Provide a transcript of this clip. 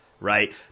right